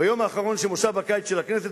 ביום האחרון של מושב הקיץ של הכנסת,